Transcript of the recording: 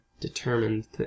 determined